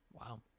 Wow